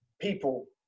people